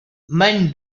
men